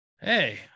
Hey